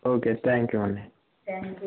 okay thank you అండి thank you